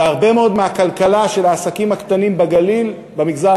והרבה מאוד מהכלכלה של העסקים הקטנים בגליל במגזר